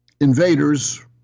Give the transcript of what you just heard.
invaders